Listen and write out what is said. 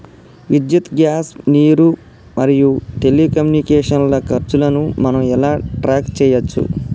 విద్యుత్ గ్యాస్ నీరు మరియు టెలికమ్యూనికేషన్ల ఖర్చులను మనం ఎలా ట్రాక్ చేయచ్చు?